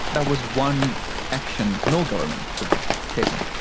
that was one action no government should have taken.